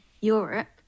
Europe